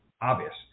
obvious